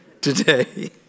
today